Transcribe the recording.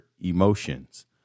emotions